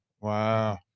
Wow